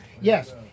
Yes